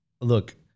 look